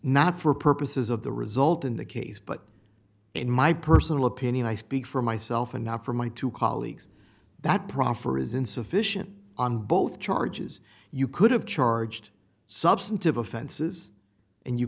not for purposes of the result in the case but in my personal opinion i speak for myself and not for my two colleagues that proffer is insufficient on both charges you could have charged substantive offenses and you